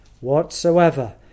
whatsoever